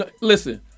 Listen